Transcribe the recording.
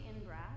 in-breath